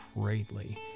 greatly